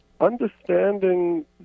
understanding